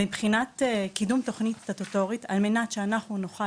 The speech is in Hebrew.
מבחינת קידום תוכנית סטטוטורית ועל מנת שאנחנו נוכל